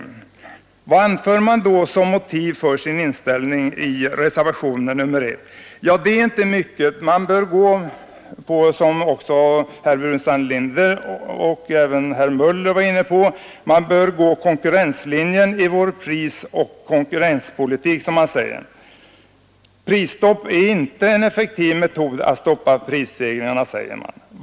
Vad anför man då i reservationen 1 som motiv för sin inställning? Det är inte mycket: Vi bör, som också herr Burenstam Linder och herr Möller var inne på, gå på konkurrenslinjen i vår prisoch konkurrenspolitik. Prisstopp är inte en effektiv metod för att stoppa prisstegringarna, säger man.